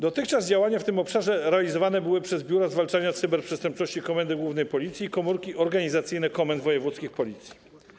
Dotychczas działania w tym obszarze realizowane były przez biura zwalczania cyberprzestępczości Komendy Głównej Policji i komórki organizacyjne komend wojewódzkich Policji.